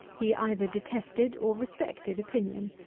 he either detested or respected opinion,